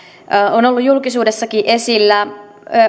on ollut julkisuudessakin esillä